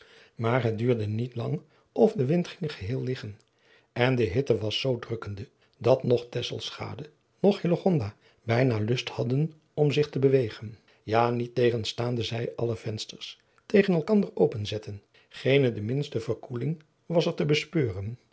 maar het dnurde niet lang of de wind ging geheel leggen en de hitte was zoo drukkende dat noch tesselschade noch hillegonda bijna lust hadden om zich te bewegen ja niettegenstaande zij alle adriaan loosjes pzn het leven van hillegonda buisman vensters tegen elkander openzetten geene de minste verkoeling was er te bespeuren